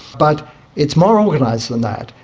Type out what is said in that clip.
but it's more organised than that.